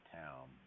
town